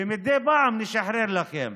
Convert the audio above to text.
ומדי פעם נשחרר לכם.